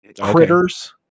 Critters